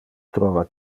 trova